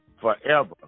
forever